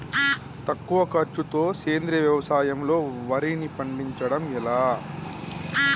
తక్కువ ఖర్చుతో సేంద్రీయ వ్యవసాయంలో వారిని పండించడం ఎలా?